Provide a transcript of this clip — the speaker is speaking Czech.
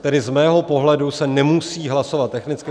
Tedy z mého pohledu se nemusí hlasovat technicky.